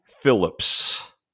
Phillips